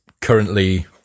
currently